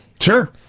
Sure